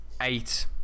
eight